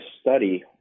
study